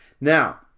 Now